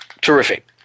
terrific